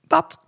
Dat